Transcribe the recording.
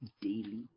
daily